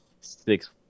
six